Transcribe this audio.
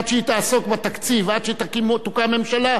עד שהיא תעסוק בתקציב ועד שתוקם הממשלה,